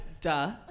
Duh